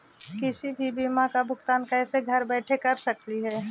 किसी भी बीमा का भुगतान कैसे घर बैठे कैसे कर स्कली ही?